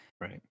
Right